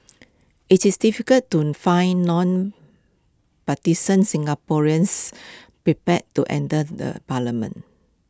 IT is difficult to find non partisan Singaporeans prepared to enter the parliament